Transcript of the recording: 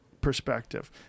perspective